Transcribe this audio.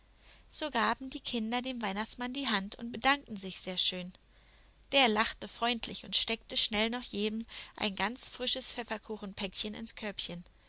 so gaben die kinder dem weihnachtsmann die hand und bedankten sich sehr schön der lachte freundlich und steckte schnell noch jedem ein ganz frisches pfefferkuchenpäckchen ins körbchen